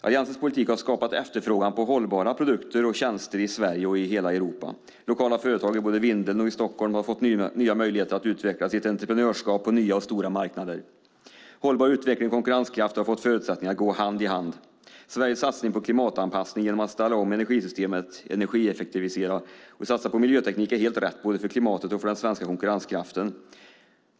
Alliansens politik har skapat efterfrågan på hållbara produkter och tjänster i Sverige och i hela Europa. Lokala företag i både Vindeln och Stockholm har fått nya möjligheter att utveckla sitt entreprenörskap på nya och stora marknader. Hållbar utveckling och konkurrenskraft har fått förutsättningar att gå hand i hand. Sveriges satsning på klimatanpassning genom att ställa om energisystemet, energieffektivisera och att satsa på miljöteknik är helt rätt för både klimatet och den svenska konkurrenskraften.